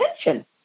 attention